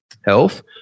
Health